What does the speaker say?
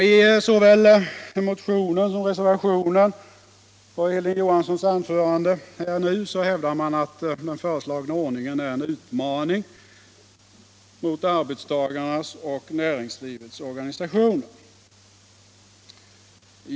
I såväl motionen som reservationen och Hilding Johanssons anförande hävdas att den föreslagna ordningen är en ”utmaning” mot arbetstagarnas och näringslivets organisationer.